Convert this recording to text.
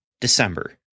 december